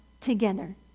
together